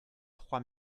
trois